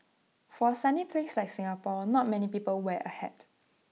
for A sunny place like Singapore not many people wear A hat